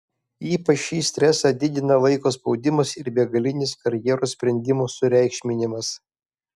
ypač šį stresą didina laiko spaudimas ir begalinis karjeros sprendimo sureikšminimas